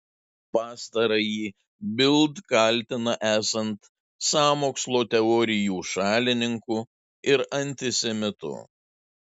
pastarąjį bild kaltina esant sąmokslo teorijų šalininku ir antisemitu